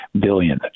billion